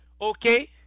okay